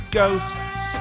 ghosts